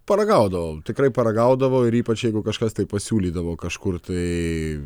paragaudavau tikrai paragaudavau ir ypač jeigu kažkas tai pasiūlydavo kažkur tai